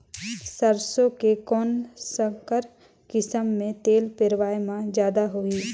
सरसो के कौन संकर किसम मे तेल पेरावाय म जादा होही?